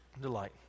delight